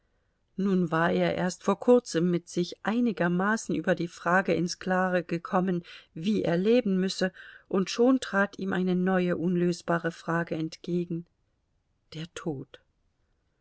nun war er erst vor kurzem mit sich einigermaßen über die frage ins klare gekommen wie er leben müsse und schon trat ihm eine neue unlösbare frage entgegen der tod